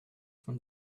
from